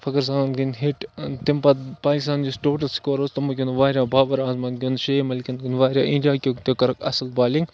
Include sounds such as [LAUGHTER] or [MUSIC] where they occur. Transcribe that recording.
فخر زَمانَن گِنٛد ہِٹ تَمہِ پَتہٕ [UNINTELLIGIBLE] یُس ٹوٹَل سکور اوس تِمو گیُنٛد واریاہ بابر اعظمَن گیُنٛد شعیب مٔلکَن گیُنٛد واریاہ اِنڈیاکیوٚک تہِ کٔرٕکھ اَصٕل بالِنٛگ